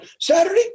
Saturday